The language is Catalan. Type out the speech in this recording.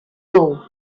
bou